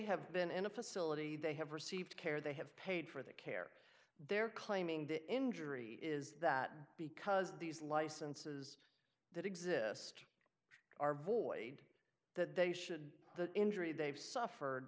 have been in a facility they have received care they have paid for the care they're claiming the injury is that because these licenses that exist are void that they should the injury they've suffered